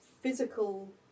physical